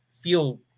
feel